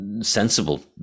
sensible